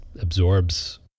absorbs